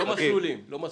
לא מסלולים.